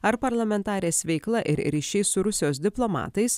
ar parlamentarės veikla ir ryšiai su rusijos diplomatais